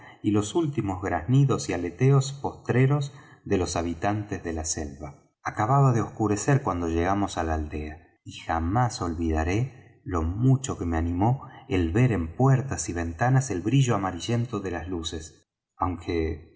y los últimos graznidos y aleteos postreros de los habitantes de la selva acababa de oscurecer cuando llegamos á la aldea y jamás olvidaré lo mucho que me animó el ver en puertas y ventanas el brillo amarillento de las luces aunque